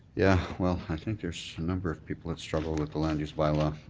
yeah. well, i think there's a number of people that struggle with the land use bylaw.